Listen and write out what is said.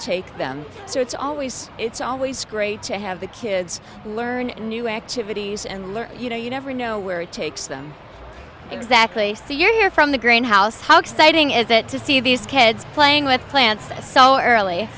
take them so it's always it's always great to have the kids learn new activities and you know you never know where it takes them exactly so you're here from the greenhouse how exciting is that to see these kids playing with plants that so early